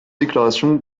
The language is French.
déclaration